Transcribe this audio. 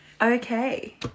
okay